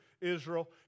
Israel